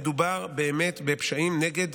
מדובר באמת בפשעים נגד